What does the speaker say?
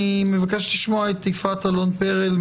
אני מבקש לשמוע את יפעת אלון פרל,